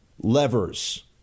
levers